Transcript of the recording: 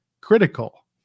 critical